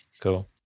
Cool